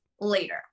later